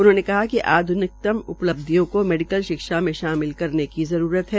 उन्होंने कहा कि आध्निकतम उपलब्धियों को मेडिकल शिक्षा में शामिल करने की जरूरत है